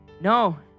no